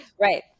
Right